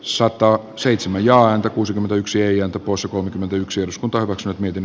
saattaa seitsemän ja anto kuusikymmentäyksi eija tapossa kolmekymmentäyksi osku torrokset miten